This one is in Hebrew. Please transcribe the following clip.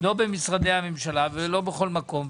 לא במשרדי הממשלה ולא בכל מקום,